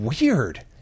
weird